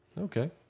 Okay